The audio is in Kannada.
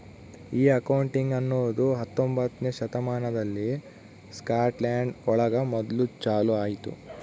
ಈ ಅಕೌಂಟಿಂಗ್ ಅನ್ನೋದು ಹತ್ತೊಂಬೊತ್ನೆ ಶತಮಾನದಲ್ಲಿ ಸ್ಕಾಟ್ಲ್ಯಾಂಡ್ ಒಳಗ ಮೊದ್ಲು ಚಾಲೂ ಆಯ್ತು